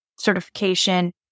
certification